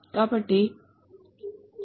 కాబట్టి ఇది మాత్రమే